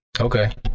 Okay